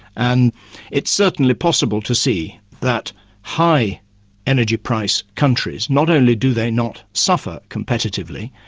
and it's certainly possible to see that high energy priced countries, not only do they not suffer competitively,